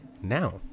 Now